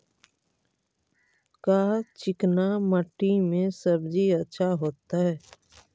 का चिकना मट्टी में सब्जी अच्छा होतै?